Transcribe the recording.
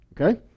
Okay